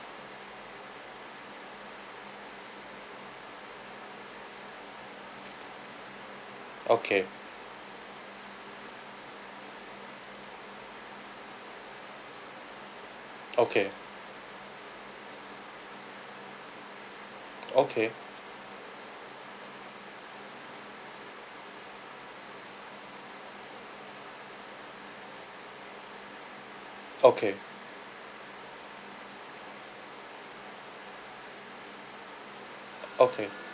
okay okay okay okay okay